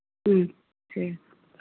ठीक